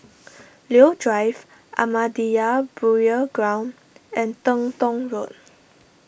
Leo Drive Ahmadiyya Burial Ground and Teng Tong Road